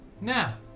now